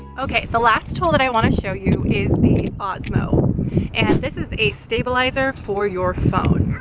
okay, the last tool that i wanna show you is the osmo and this is a stabilizer for your phone.